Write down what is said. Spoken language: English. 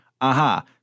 aha